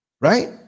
right